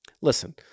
Listen